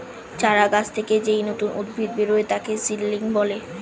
চারা গাছ থেকে যেই নতুন উদ্ভিদ বেরোয় তাকে সিডলিং বলে